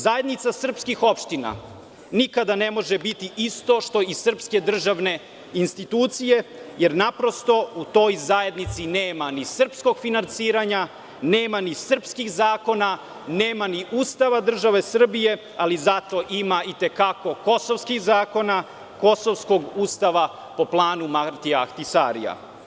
Zajednica srpskih opština nikada ne može biti isto što i srpske državne institucije, jer naprosto u toj zajednici nema srpskog finansiranja, nema ni srpskih zakona, nema ni Ustava države Srbije, ali zato ima i te kako kosovskih zakona, kosovskog ustava po planu Martija Ahtisarija.